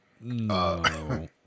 No